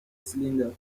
cylinder